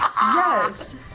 Yes